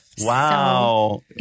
Wow